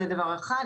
זה דבר אחד.